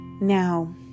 Now